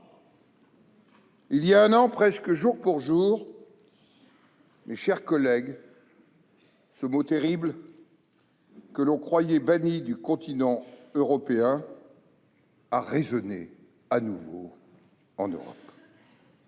Il y a un an, presque jour pour jour, ce mot terrible, que l'on croyait banni du continent européen, a résonné de nouveau en Europe.